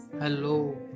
hello